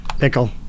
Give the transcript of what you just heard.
Pickle